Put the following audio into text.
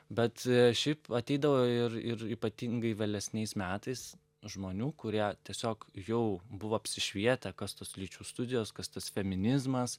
bet šiaip ateidavo ir ir ypatingai vėlesniais metais žmonių kurie tiesiog jau buvo apsišvietę kas tos lyčių studijos kas tas feminizmas